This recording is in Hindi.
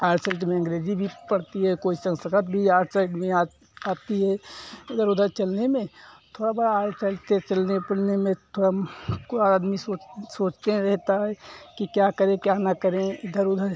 आर्ट साइड में अंग्रेजी भी पड़ती है कोई संस्कृत भी आर्ट साइड में आती है इधर उधर चलने में थोड़ा बाड़ा आर्ट साइड से चलने फिरने में थोड़ा को आदमी सोच सोचते रहता है कि क्या करें क्या न करें इधर उधर